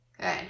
Good